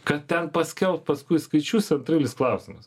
kad ten paskelbt paskui skaičius antraeilis klausimas